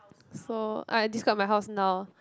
so I describe my house now